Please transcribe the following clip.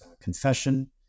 Confession